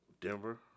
Denver